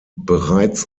bereits